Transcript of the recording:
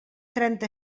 trenta